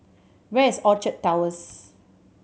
where is Orchard Towers